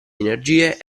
energie